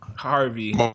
Harvey